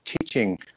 teaching